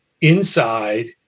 inside